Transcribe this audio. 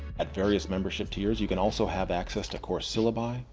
at various membership tiers, you can also have access to course syllabi,